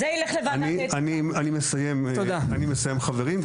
אני מסיים, אני מסיים חברים.